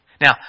Now